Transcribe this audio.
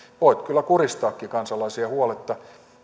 voivat kyllä kuristaakin kansalaisia huoletta